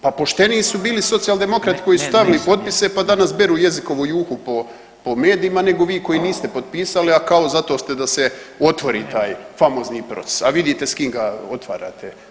Pa pošteniji su bili Socijaldemokrati koji su stavili potpise pa danas beru jezikovu juhu po medijima nego vi koji niste potpisali, a kao za to ste da se otvori taj famozni proces, a vidite s kim ga otvarate.